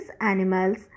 animals